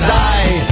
die